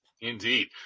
Indeed